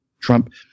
trump